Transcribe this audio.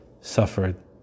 suffered